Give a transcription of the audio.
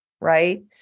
right